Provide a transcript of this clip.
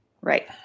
Right